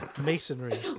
Masonry